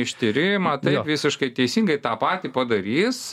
ištyrimą visiškai teisingai tą patį padarys